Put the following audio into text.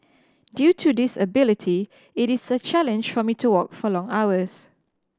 due to disability it is a challenge for me to walk for long hours